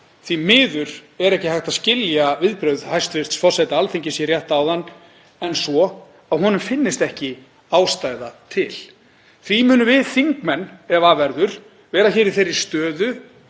Því miður er ekki hægt að skilja viðbrögð hæstv. forseta Alþingis rétt áðan öðruvísi en svo að honum finnist ekki ástæða til. Því munum við þingmenn, ef af verður, vera í þeirri stöðu